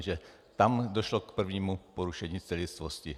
Že tam došlo k prvnímu porušení celistvosti.